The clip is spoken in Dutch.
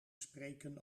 spreken